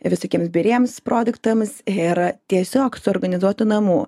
visokiems biriems produktams ir tiesiog suorganizuotų namų